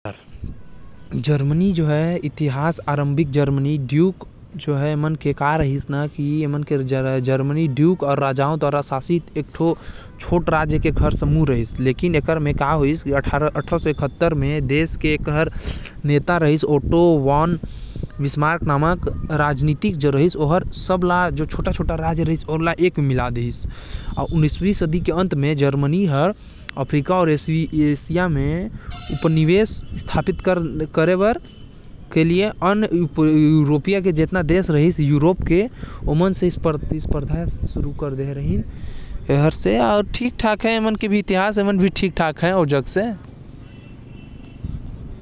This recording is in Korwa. जर्मनी अउ ड्यूक एक छोटकन स राजा मन के राज्य समूह रहिस। एमन के जो राजनेता रहिस ओटोवान मिसमार्क ओ हर हर छोट-छोट राज्य मन ला मिला के एक नया देश बना देहिस। फिर बाद में ओ बाकी देश मन से लड़े लगिस।